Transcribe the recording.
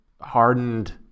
hardened